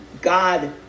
God